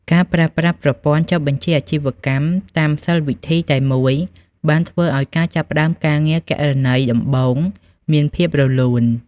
ការប្រើប្រាស់ប្រព័ន្ធចុះបញ្ជីអាជីវកម្មតាមសិល្ប៍វិធីតែមួយ បានធ្វើឱ្យការចាប់ផ្តើមការងារគណនេយ្យដំបូងមានភាពរលូន។